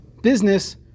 business